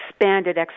expanded